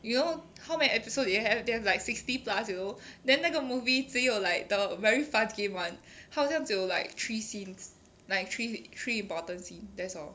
you know how many episodes they have they have like sixty plus you know then 那个 movie 只有 like the very fast game [one] 好像只有 like three scenes like three three important scenes that's all